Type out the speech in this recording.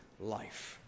life